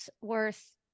worth